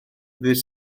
ddydd